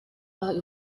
war